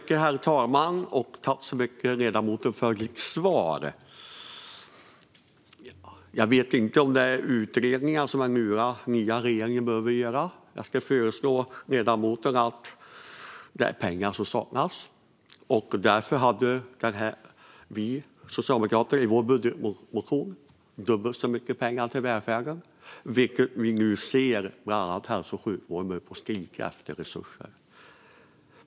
Herr talman! Tack så mycket, ledamoten, för ditt svar! Jag vet inte om det är utredningar som den nya regeringen behöver göra. Jag ska säga till ledamoten att det är pengar som saknas, och därför hade vi socialdemokrater i vår budgetmotion dubbelt så mycket pengar till välfärden. Vi ser nu att bland annat hälso och sjukvården börjar skrika efter resurser.